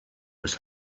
was